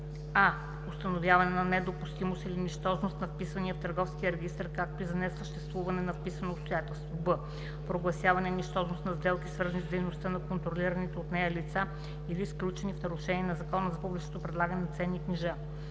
а) установяване на недопустимост или нищожност на вписвания в търговския регистър, както и за несъществуване на вписано обстоятелство; б) прогласяване нищожност на сделки, свързани с дейността на контролираните от нея лица или сключени в нарушение на Закона за публичното предлагане на ценни книжа,